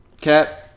Cap